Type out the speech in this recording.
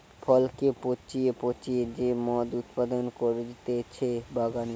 ফলকে পচিয়ে পচিয়ে যে মদ উৎপাদন করতিছে বাগানে